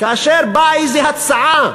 כאשר באה איזו הצעה